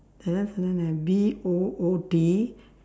there the B O O T